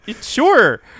sure